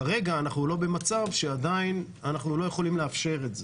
כרגע אנחנו לא במצב שעדיין אנחנו לא יכולים לאפשר את זה.